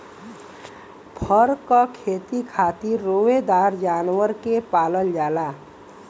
फर क खेती खातिर रोएदार जानवर के पालल जाला